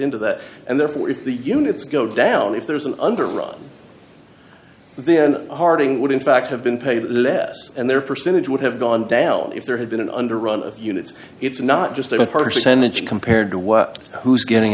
into that and therefore if the units go down if there's an underwriting then harding would in fact have been paid less and their percentage would have gone down if there had been an under run of units it's not just about her senate compared to what who's getting